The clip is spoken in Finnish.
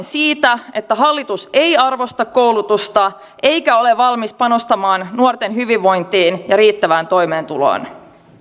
siitä että hallitus ei arvosta koulutusta eikä ole valmis panostamaan nuorten hyvinvointiin ja riittävään toimeentuloon